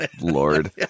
Lord